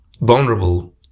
vulnerable